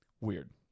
Weird